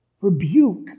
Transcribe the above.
rebuke